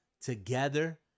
together